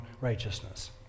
righteousness